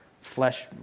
Flesh